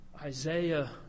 Isaiah